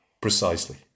Precisely